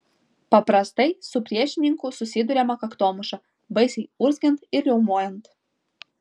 paprastai su priešininku susiduriama kaktomuša baisiai urzgiant ir riaumojant